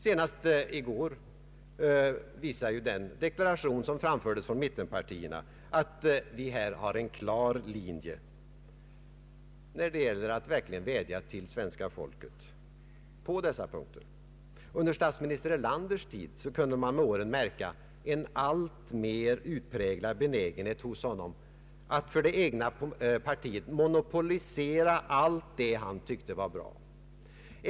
Senast i går visade ju den deklaration som framfördes från mittenpartierna att vi här har en klar linje när det gäller att verkligen vädja till svenska folket på dessa punkter. Under statsminister Erlanders tid kunde man med åren märka en alltmer utpräglad benägenhet hos honom att för det egna partiet monopolisera allt det han tyckte var bra.